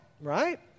right